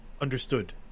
Understood